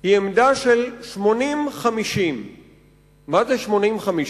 היא עמדה של 50:80. מה זה 50:80?